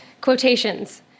Quotations